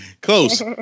Close